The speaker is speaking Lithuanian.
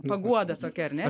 paguoda tokia ar ne